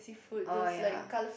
orh ya